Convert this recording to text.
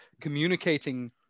communicating